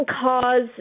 cause